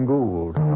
Gould